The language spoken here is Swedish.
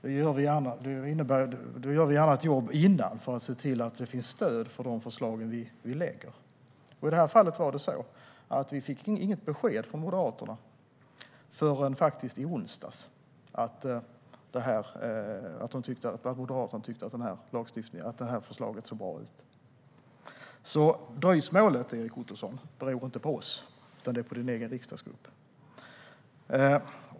Vi gör gärna ett jobb före för att se till att det finns stöd för förslagen vi lägger fram. I det här fallet fick vi inte besked från Moderaterna att de tyckte att förslaget såg bra ut förrän i onsdags. Dröjsmålet, Erik Ottoson, beror alltså inte på oss utan på din egen riksdagsgrupp.